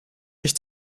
ich